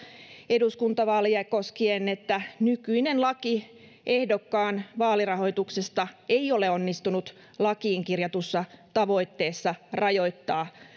eduskuntavaaleja koskien että nykyinen laki ehdokkaan vaalirahoituksesta ei ole onnistunut lakiin kirjatussa tavoitteessa rajoittaa